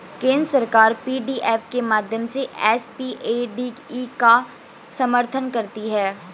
केंद्र सरकार पी.डी.एफ के माध्यम से एस.पी.ए.डी.ई का समर्थन करती है